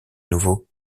nouveau